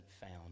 found